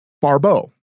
Barbeau